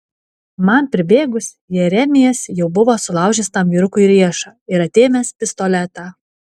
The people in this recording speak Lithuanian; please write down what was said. man pribėgus jeremijas jau buvo sulaužęs tam vyrukui riešą ir atėmęs pistoletą